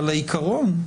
אבל העיקרון,